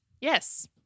Yes